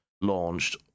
launched